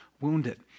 wounded